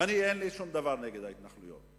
אין לי שום דבר נגד ההתנחלויות,